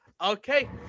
okay